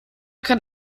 kann